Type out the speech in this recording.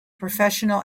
professional